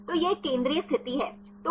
तो यह एक केंद्रीय स्थिति है